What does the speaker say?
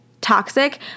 toxic